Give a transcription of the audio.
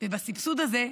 ובסבסוד הזה,